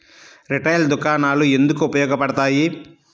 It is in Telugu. రిటైల్ దుకాణాలు ఎందుకు ఉపయోగ పడతాయి?